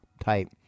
type